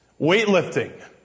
Weightlifting